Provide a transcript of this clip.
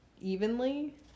evenly